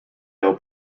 out